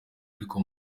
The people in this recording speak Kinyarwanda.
ariko